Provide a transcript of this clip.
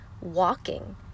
walking